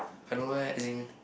I don't know as in